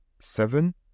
seven